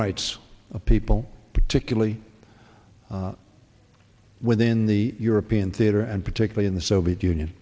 rights of people particularly within the european theater and particularly in the soviet union